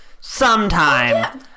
sometime